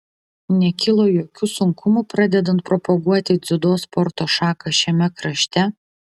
nekilo jokių sunkumų pradedant propaguoti dziudo sporto šaką šiame krašte